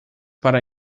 para